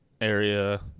area